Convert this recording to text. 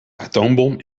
atoombom